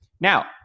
Now